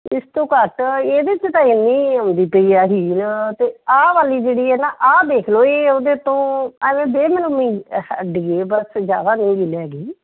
ਇਸ ਤੋਂ ਘੱਟ ਇਹਦੇ 'ਚ ਤਾਂ ਇੰਨੀ ਆਉਂਦੀ ਪਈ ਆ ਹੀਲ ਅਤੇ ਆਹ ਵਾਲੀ ਜਿਹੜੀ ਹੈ ਨਾ ਆਹ ਦੇਖ ਲਓ ਇਹ ਉਹਦੇ ਤੋਂ ਐਵੇਂ ਬੇ ਮਲੂਮੀ ਅੱਡੀ ਹੈ ਬਸ ਜ਼ਿਆਦਾ ਨਹੀਂ ਹੀਲ ਹੈਗੀ